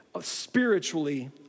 spiritually